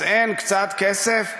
אז אין קצת כסף,